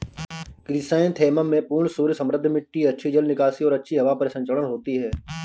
chrysanthemum में पूर्ण सूर्य समृद्ध मिट्टी अच्छी जल निकासी और अच्छी हवा परिसंचरण होती है